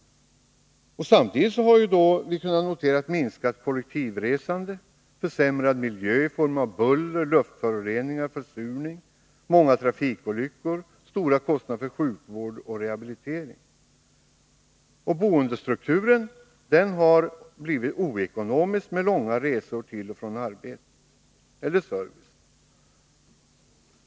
Samtidigt har vi kunnat notera ett minskat kollektivresande, försämrad miljö i form av buller, luftföroreningar och försurning, många trafikolyckor, stora kostnader för sjukvård och rehabilitering. Och boendestrukturen har blivit ockonomisk med långa resor till och från arbetet eller servicen.